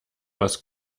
was